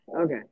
Okay